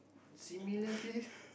similarly